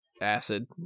acid